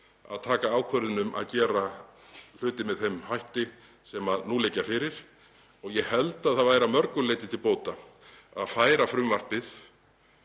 að taka ákvörðun um að gera hluti með þeim hætti sem nú liggur fyrir. Ég held að það væri að mörgu leyti til bóta að færa frumvarpið